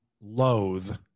loathe